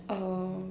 err